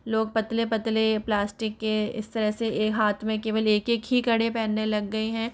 लोग पतले पतले प्लास्टिक के इस तरह से एक हाथ में केवल एक एक ही कड़े पहनने लग गए हैं